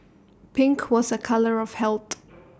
pink was A colour of health